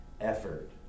effort